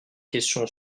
question